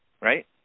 right